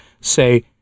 say